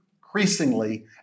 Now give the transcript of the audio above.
increasingly